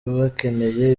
bakeneye